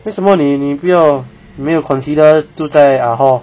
为什么你你不要没有 consider 住在 err hall